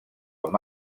amb